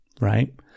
right